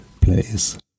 place